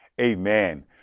Amen